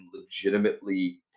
legitimately